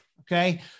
okay